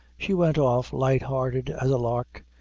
she went off, light-hearted as a lark,